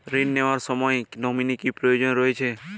ঋণ নেওয়ার সময় নমিনি কি প্রয়োজন রয়েছে?